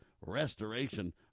restoration